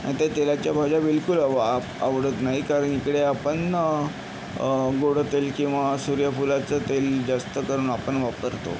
आणि त्या तेलाच्या भाज्या बिलकुल आव आप आवडत नाही कारण इकडे आपण गोडं तेल किंवा सूर्यफूलाचं तेल जास्त करून आपण वापरतो